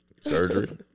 surgery